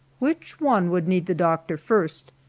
which one would need the doctor first,